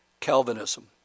Calvinism